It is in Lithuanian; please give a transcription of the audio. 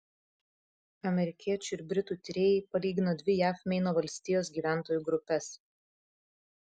amerikiečių ir britų tyrėjai palygino dvi jav meino valstijos gyventojų grupes